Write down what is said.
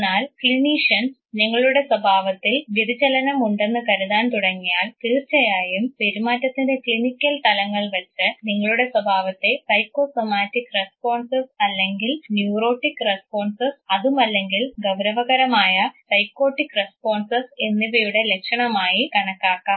എന്നാൽ ക്ലീനിഷൻസ് നിങ്ങളുടെ സ്വഭാവത്തിൽ വ്യതിചലനം ഉണ്ടെന്ന് കരുതാൻ തുടങ്ങിയാൽ തീർച്ചയായും പെരുമാറ്റത്തിൻറെ ക്ലിനിക്കൽ തലങ്ങൾ വച്ച് നിങ്ങളുടെ സ്വഭാവത്തെ സൈക്കോസൊമാറ്റിക് റെസ്പോൺസസ്സ് അല്ലെങ്കിൽ ന്യൂറോട്ടിക് റെസ്പോൺസസ്സ് അതുമല്ലെങ്കിൽ ഗൌരവകരമായ സൈക്കോട്ടിക് റെസ്പോൺസ് എന്നിവയുടെ ലക്ഷണമായി കണക്കാക്കാം